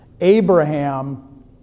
Abraham